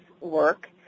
work